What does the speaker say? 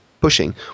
pushing